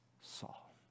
saul